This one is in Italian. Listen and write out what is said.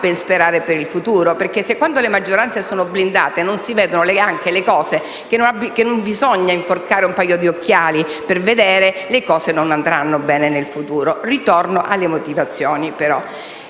non mi fa ben sperare per il futuro perché, se quando le maggioranze sono blindate non si vedono neanche le cose per le quali non bisogna certo inforcare un paio di occhiali per vederle, ciò non depone bene per il futuro. Ritorno alle motivazioni.